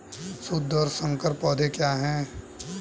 शुद्ध और संकर पौधे क्या हैं?